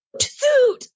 suit